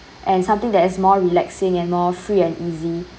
and something that is more relaxing and more free and easy